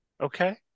Okay